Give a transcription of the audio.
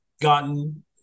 gotten